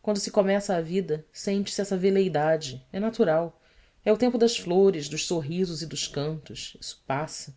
quando se começa a vida sente-se essa veleidade é natural é o tempo das flores dos sorrisos e dos cantos isso passa